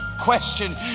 question